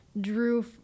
drew